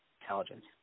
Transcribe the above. intelligence